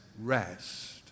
rest